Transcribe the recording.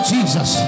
Jesus